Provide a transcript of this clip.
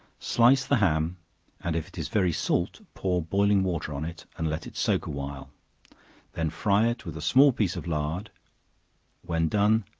slice the ham and if it is very salt, pour boiling water on it, and let it soak a while then fry it with a small piece of lard when done,